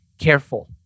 careful